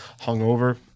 hungover